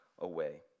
away